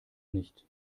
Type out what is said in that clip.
nicht